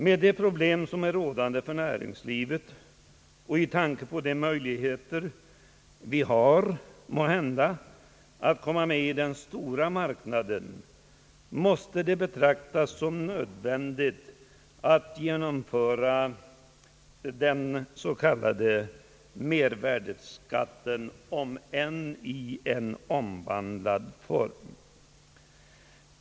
Med de problem som råder för näringslivet och med tanke på de möjligheter vi måhända har att komma med i den stora marknaden måste det betraktas såsom nödvändigt att genomföra den s.k. mervärdeskatten om än i en omvandlad form.